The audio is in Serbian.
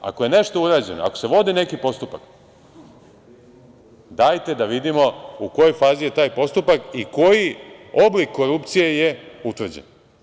Ako je nešto urađeno, ako se vode neki postupci, dajte da vidimo u kojoj fazi je taj postupak i koji oblik korupcije je utvrđen.